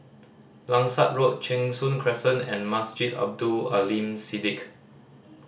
Langsat Road Cheng Soon Crescent and Masjid Abdul Aleem Siddique